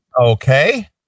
Okay